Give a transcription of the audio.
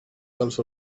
dels